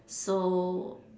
so